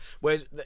whereas